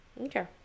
Okay